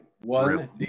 one